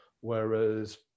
whereas